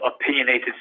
Opinionated